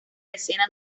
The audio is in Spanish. decena